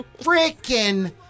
Freaking